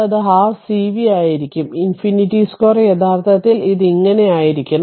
അത് 12 cv ആയിരിക്കും infinity 2 യഥാർത്ഥത്തിൽ ഇത് ഇങ്ങനെ ആയിരിക്കണം